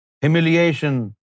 humiliation